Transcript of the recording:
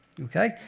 okay